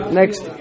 next